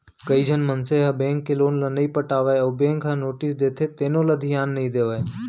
कइझन मनसे ह बेंक के लोन ल नइ पटावय अउ बेंक ह नोटिस देथे तेनो ल धियान नइ देवय